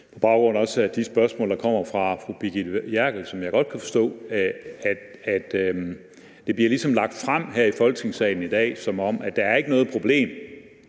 på baggrund af de spørgsmål, der kommer fra fru Brigitte Klintskov Jerkel, som jeg godt kan forstå. Det bliver ligesom lagt frem her i Folketingssalen i dag, som om der ikke er noget problem.